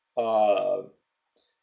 err